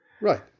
Right